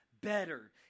better